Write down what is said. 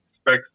specs